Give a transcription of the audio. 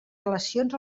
relacions